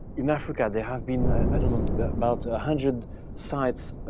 in africa there have been about a hundred sites